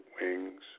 wings